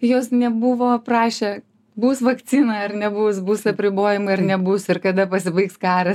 jos nebuvo prašė bus vakcina ar nebus bus apribojimai ar nebus ir kada pasibaigs karas